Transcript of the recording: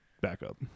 backup